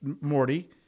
Morty